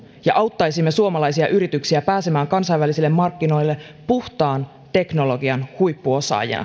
ja auttaisimme suomalaisia yrityksiä pääsemään kansainvälisille markkinoille puhtaan teknologian huippuosaajina